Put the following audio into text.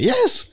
Yes